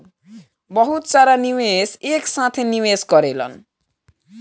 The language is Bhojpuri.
बहुत सारा निवेशक एक साथे निवेश करेलन